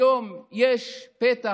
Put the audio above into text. היום יש פתח